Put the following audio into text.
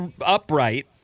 upright